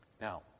Now